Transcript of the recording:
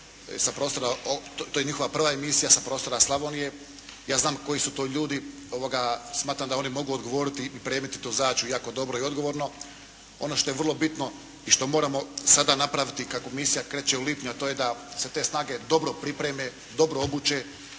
To je njihova prva misija sa prostora Slavonije. Ja znam koji su to ljudi. Smatram da oni mogu odgovoriti i pripremiti tu zadaću jako dobro i odgovorno. Ono što je vrlo bitno i što moramo sada napraviti kako misija kreće u lipnju a to je da se te snage dobro pripreme, dobro obuče,